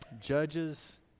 Judges